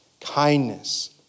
kindness